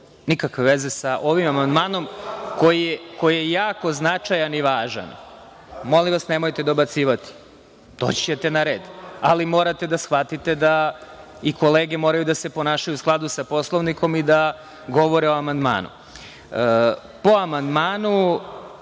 nikakve veze sa ovim amandmanom koji je jako značajan i važan. Molim vas, nemojte dobacivati. Doći ćete i vi na red, ali morate da shvatite da i kolege moraju da se ponašaju u skladu sa Poslovnikom i da govore o amandmanu. Po amandmanu